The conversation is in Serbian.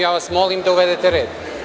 Ja vas molim da uvedete red.